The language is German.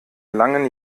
langen